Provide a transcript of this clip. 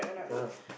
ya lah